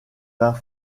vingt